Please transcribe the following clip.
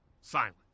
silent